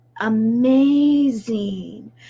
amazing